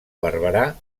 barberà